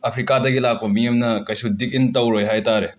ꯑꯐ꯭ꯔꯤꯀꯥꯗꯒꯤ ꯂꯥꯛꯄ ꯃꯤ ꯑꯃꯅ ꯀꯩꯁꯨ ꯗꯤꯛ ꯏꯟ ꯇꯧꯔꯣꯏ ꯍꯥꯏ ꯇꯥꯔꯦ